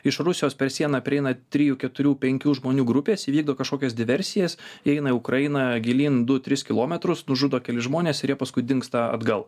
iš rusijos per sieną prieina trijų keturių penkių žmonių grupės įvykdo kažkokias diversijas įeina į ukrainą gilyn du tris kilometrus nužudo keli žmones ir jie paskui dingsta atgal